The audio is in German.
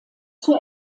zur